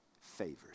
favored